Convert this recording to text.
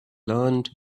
learned